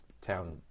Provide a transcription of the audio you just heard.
town